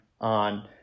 on